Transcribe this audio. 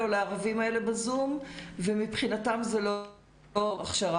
לערבים האלה בזום ומבחינתם זה לא הכשרה,